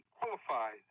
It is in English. qualified